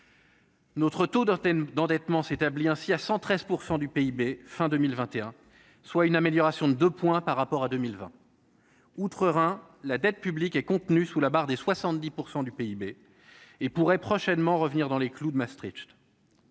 Notre taux d'antenne d'endettement s'établit ainsi à 113 % du PIB fin 2021, soit une amélioration de 2 points par rapport à 2020 outre-Rhin, la dette publique est contenu sous la barre des 70 % du PIB et pourrait prochainement revenir dans les clous de Maastricht.